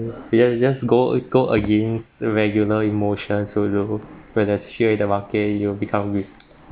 ya just go aga~ go against the regular emotion so to do when there's share in the market you'll become